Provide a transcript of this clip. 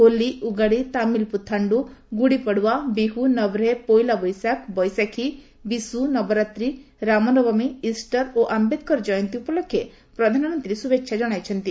Holi Ugadi Tamil Puthandu Gudipadwa Bihu Navreh Poila Boishakh Baisakhi Vishu Navratri Ramnavami easter ଓ ଆମ୍ବେଦ୍କର ଜୟନ୍ତୀ ଉପଲକ୍ଷେ ପ୍ରଧାନମନ୍ତ୍ରୀ ଶୁଭେଚ୍ଛା ଜଣାଇଛନ୍ତି